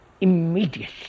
immediately